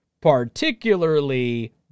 particularly